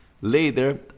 Later